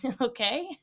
okay